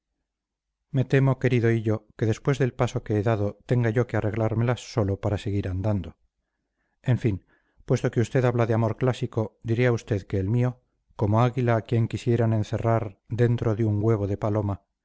me temo querido hillo que después del paso que he dado tenga yo que arreglármelas solo para seguir andando en fin puesto que usted habla de amor clásico diré a usted que el mío como águila a quien quisieran encerrar dentro de un huevo de paloma